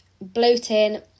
bloating